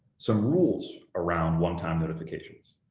some rules around one-time notifications.